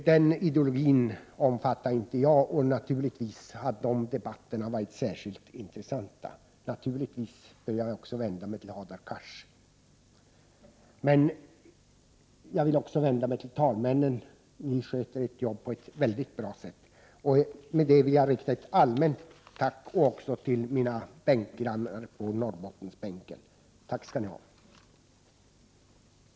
Den ideologin omfattar inte jag, men debatterna om den har varit särskilt intressanta, och naturligtvis bör jagi detta sammanhang också vända mig till Hadar Cars. Jag vill också vända mig till talmännen. Ni sköter ert arbete på ett mycket bra sätt. Jag vill rikta ett allmänt tack till er, och också till mina bänkgrannar på Norrbottensbänken. Tack skall ni ha!